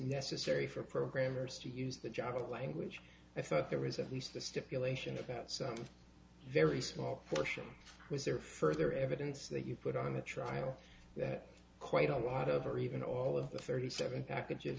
necessary for programmers to use the job of language i thought there was at least the stipulation about some very small portion was there further evidence that you put on the trial that quite a lot of or even all of the thirty seven packages